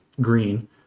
green